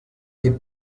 des